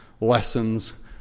lessons